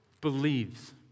believes